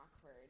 awkward